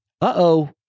uh-oh